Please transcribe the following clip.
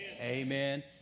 amen